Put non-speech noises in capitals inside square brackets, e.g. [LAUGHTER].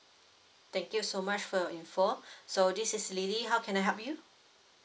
thank you so much for your info [BREATH] so this is lily how can I help you